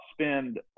spend